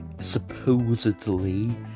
supposedly